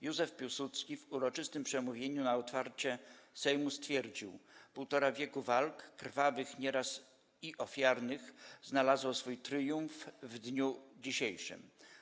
Józef Piłsudski w uroczystym przemówieniu na otwarcie Sejmu stwierdził: 'Półtora wieku walk, krwawych nieraz i ofiarnych, znalazło swój tryumf w dniu dzisiejszym.